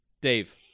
Dave